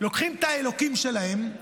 לוקחים את האלוקים שלהם,